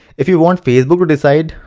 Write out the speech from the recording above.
if you want facebook to decide,